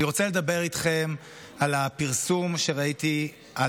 אני רוצה לדבר איתכם על הפרסום שראיתי על